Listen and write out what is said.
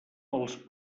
els